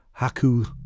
Haku